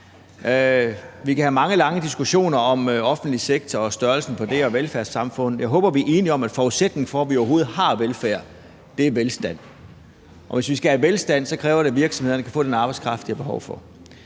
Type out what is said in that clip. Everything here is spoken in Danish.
Vi kan have mange og lange diskussioner om den offentlige sektor og størrelsen på den og om velfærdssamfundet. Jeg håber, vi er enige om, at forudsætningen for, at vi overhovedet har velfærd, er velstand, og hvis vi skal have velstand, kræver det, at virksomhederne kan få den arbejdskraft, de har behov for.